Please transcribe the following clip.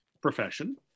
profession